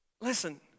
Listen